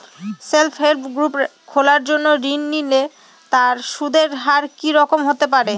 Self help group খোলার জন্য ঋণ নিলে তার সুদের হার কি রকম হতে পারে?